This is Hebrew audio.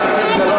חברת הכנסת גלאון,